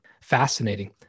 fascinating